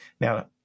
Now